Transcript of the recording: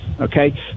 okay